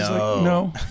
No